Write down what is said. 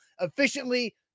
efficiently